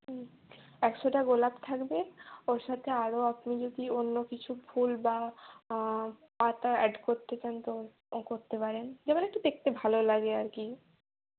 হুম একশোটা গোলাপ থাকবে ওর সাথে আরও আপনি যদি অন্য কিছু ফুল বা পাতা অ্যাড করতে চান তো তা করতে পারেন যেমন একটু দেখতে ভালো লাগে আর কি